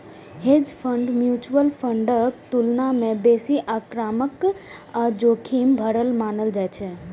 hedge fund mutual फंडक तुलना मे बेसी आक्रामक आ जोखिम भरल मानल जाइ छै